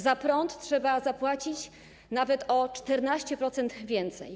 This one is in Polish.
Za prąd trzeba zapłacić nawet o 14% więcej.